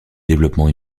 développement